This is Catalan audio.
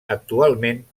actualment